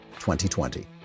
2020